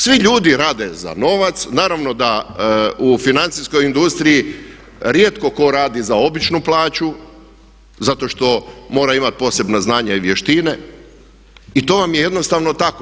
Svi ljudi rade za novac, naravno da u financijskoj industriji rijetko tko radi za običnu plaću, zato što mora imati posebna znanja i vještine i to vam je jednostavno tako.